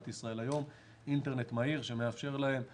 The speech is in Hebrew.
ישראל היום אינטרנט מהיר שמאפשר להם ללמוד,